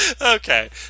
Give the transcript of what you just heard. okay